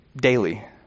daily